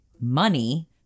money